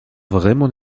vraiment